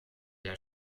der